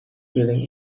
feeling